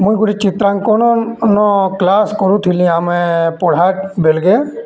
ମୁଇଁ ଗୋଟେ ଚିତ୍ରାଙ୍କନ କ୍ଲାସ୍ କରୁଥିଲି ଆମେ ପଢ଼ା ବେଲ୍କେ